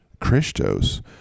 Christos